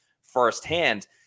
firsthand